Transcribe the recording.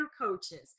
coaches